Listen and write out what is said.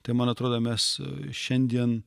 tai man atrodo mes šiandien